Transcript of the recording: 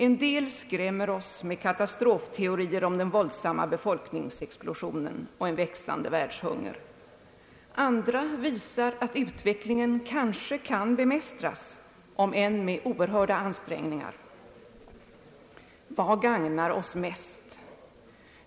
En del skrämmer oss med katastrofteorier om den våldsamma befolkningsexplosionen och en växande världshunger. Andra visar att utvecklingen kanske kan bemästras, om än med oerhörda ansträngningar. Vad gagnar oss mest?